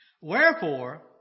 Wherefore